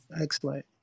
Excellent